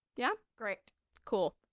yeah great cool.